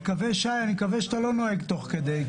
שי, אני מקווה שאתה לא נוהג תוך כדי.